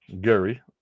Gary